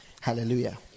hallelujah